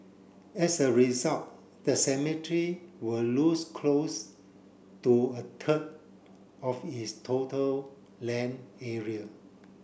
as a result the cemetery will lose close to a third of its total land area